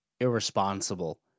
irresponsible